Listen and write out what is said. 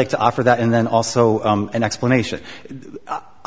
like to offer that and then also an explanation